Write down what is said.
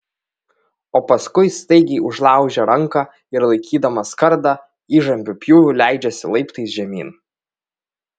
o paskui staigiai užlaužia ranką ir laikydamas kardą įžambiu pjūviu leidžiasi laiptais žemyn